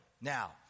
Now